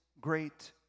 great